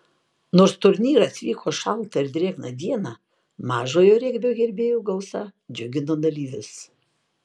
nors turnyras vyko šaltą ir drėgną dieną mažojo regbio gerbėjų gausa džiugino dalyvius